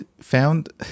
found